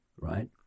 right